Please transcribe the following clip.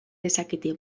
dezakete